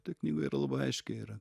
toj knygoj yra labai aiškiai yra